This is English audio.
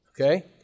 Okay